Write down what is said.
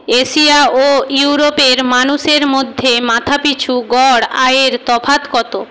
Asia ও ইউরোপের মানুষের মধ্যে মাথাপিছু গড় আয়ের তফাৎ কত